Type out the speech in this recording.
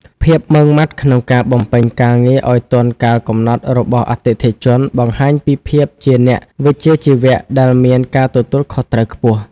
ភាពម៉ឺងម៉ាត់ក្នុងការបំពេញការងារឱ្យទាន់កាលកំណត់របស់អតិថិជន បង្ហាញពីភាពជាអ្នកវិជ្ជាជីវៈដែលមានការទទួលខុសត្រូវខ្ពស់។